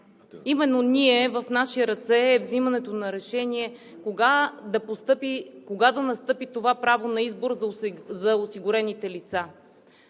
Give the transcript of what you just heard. именно в наши ръце е взимането на решение кога да настъпи това право на избор за осигурените лица.